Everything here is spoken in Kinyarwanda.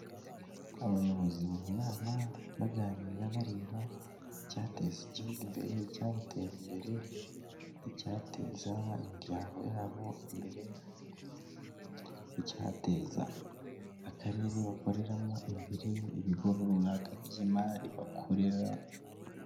Abayobozi mu nama baganira bareba icyateza igihugu imbere, icyabateza imbere, icyateza imiryango yabo imbere, icyateza akarere bakoreramo imbere, ibigo runaka by'imari bakorera.